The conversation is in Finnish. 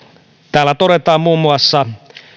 täällä todetaan muun muassa